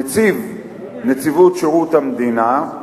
נציב נציבות שירות המדינה,